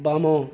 ବାମ